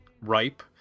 Ripe